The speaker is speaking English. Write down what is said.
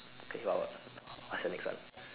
okay what what what is your next one